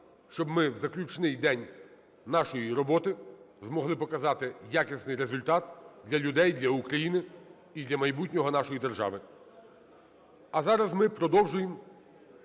щоб ми в заключний день нашої роботи змогли показати якісний результат для людей, для України і для майбутнього нашої держави. А зараз ми продовжуємо